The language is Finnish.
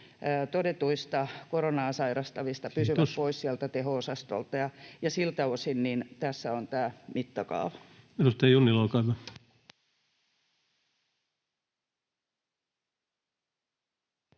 todetuista koronaa sairastavista [Puhemies: Kiitos!] pysyy pois sieltä teho-osastolta, ja siltä osin tässä on tämä mittakaava.